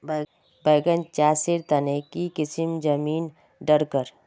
बैगन चासेर तने की किसम जमीन डरकर?